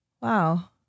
Wow